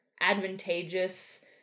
Advantageous